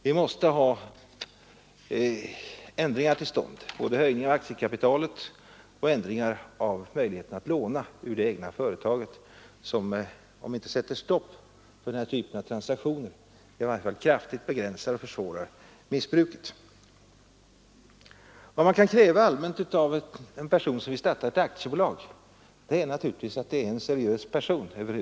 Vi måste ha ändringar till stånd, både höjning av aktiekapitalet och förbud mot att låna ur det egna företaget, som om det inte sätter stopp för den här typen av transaktioner i varje fall kraftigt begränsar och försvårar missbruk. 193 Vad man allmänt kan kräva av en person som startar ett aktiebolag är naturligtvis att det är en seriös person.